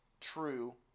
true